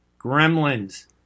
Gremlins